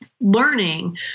learning